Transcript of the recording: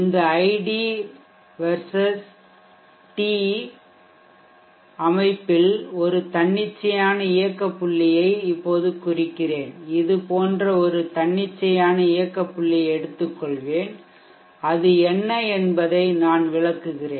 இந்த ID vs T ஒருங்கிணைப்பு அமைப்பில் ஒரு தன்னிச்சையான இயக்க புள்ளியை இப்போது குறிக்கிறேன் இது போன்ற ஒரு தன்னிச்சையான இயக்க புள்ளியை எடுத்துக்கொள்வேன் அது என்ன என்பதை நான் விளக்குகிறேன்